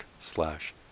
slash